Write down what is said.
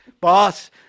Boss